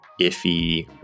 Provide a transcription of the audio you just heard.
iffy